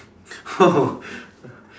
oh